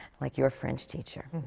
like your french teacher.